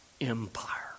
empire